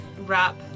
wrap